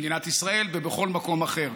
במדינת ישראל ובכל מקום אחר.